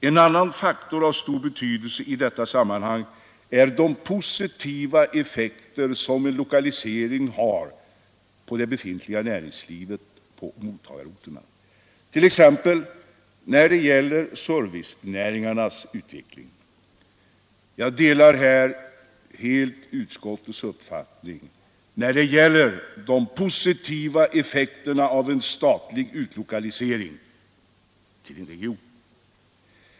En annan faktor av betydelse i detta sammanhang är de positiva effekter som en omlokalisering har på det redan befintliga näringslivet på mottagningsorterna, t.ex. när det gäller servicenäringars utveckling.” Jag delar utskottets uppfattning när det gäller de positiva effekterna av en statlig utlokalisering till en region.